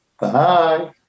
Bye